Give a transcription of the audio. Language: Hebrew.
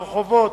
ברחובות.